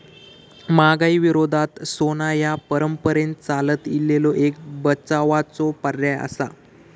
महागाई विरोधात सोना ह्या परंपरेन चालत इलेलो एक बचावाचो पर्याय आसा